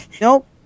Nope